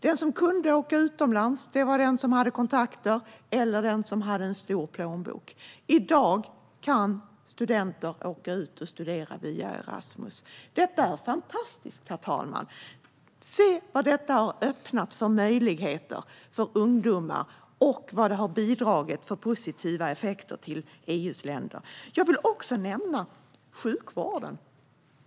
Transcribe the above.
De som kunde åka utomlands var sådana som hade kontakter eller en stor plånbok. I dag kan studenter studera utomlands via Erasmus. Detta är fantastiskt, herr talman. Se vilka möjligheter detta har öppnat för ungdomar och vilka positiva effekter det har bidragit med till EU:s länder! Jag vill även nämna sjukvården.